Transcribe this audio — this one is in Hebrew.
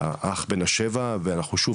לאח בן ה-7 ואנחנו שוב,